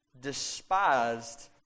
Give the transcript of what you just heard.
despised